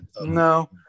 no